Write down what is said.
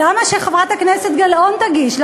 למה חברת הכנסת גלאון תגיש?